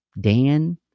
Dan